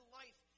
life